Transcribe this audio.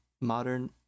modern